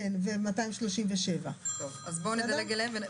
אז בוא נדלג עליהם.